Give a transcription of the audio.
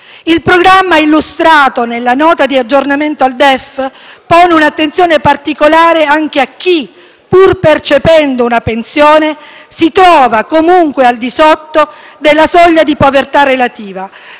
Il programma illustrato nella Nota di aggiornamento al DEF pone un'attenzione particolare anche a chi, pur percependo una pensione, si trova comunque al di sotto della soglia di povertà relativa.